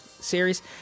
series